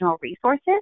resources